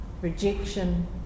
Rejection